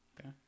Okay